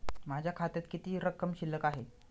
माझ्या खात्यात किती रक्कम शिल्लक आहे?